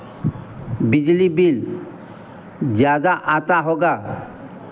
बिजली बिल ज़्यादा आता होगा